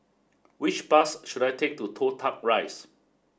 which bus should I take to Toh Tuck Rise